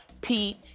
Pete